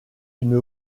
une